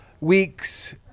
Weeks